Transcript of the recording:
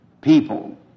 people